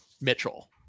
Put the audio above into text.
Mitchell